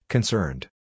Concerned